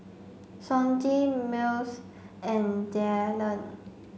Sonji Mills and Dyllan